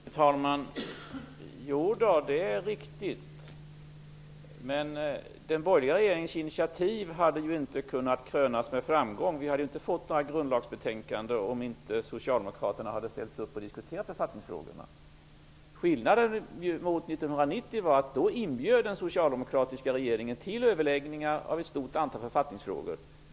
Fru talman! Det är riktigt. Men den borgerliga regeringens initiativ hade inte kunnat krönas med framgång och vi hade inte fått några grundlagsbetänkanden om inte Socialdemokraterna hade ställt upp och diskuterat författningsfrågorna. Skillnaden mot 1990 var att den socialdemokratiska regeringen då inbjöd till överläggningar i ett stort antal författningsfrågor.